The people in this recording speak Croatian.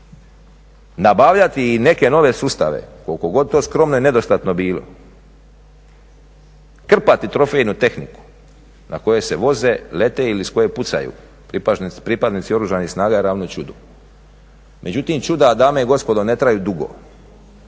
nabavljati i neke nove sustave koliko god to skromno i nedostatno bilo, krpati trofejnu tehniku na kojoj se voze, lete ili iz koje pucaju pripadnici Oružanih snaga je ravno čudu. Međutim, čuda dame i gospodo ne traju dugo.